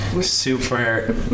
super